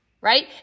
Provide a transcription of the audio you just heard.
right